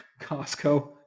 Costco